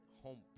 home